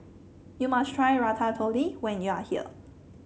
you must try Ratatouille when you are here